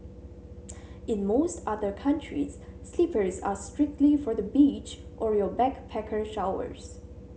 in most other countries slippers are strictly for the beach or your backpacker showers